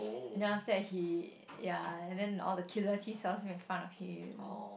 and then after that he yeah and then all the killer T cells make fun of him